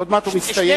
עוד מעט הוא מסתיים.